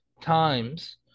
times